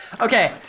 Okay